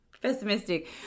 pessimistic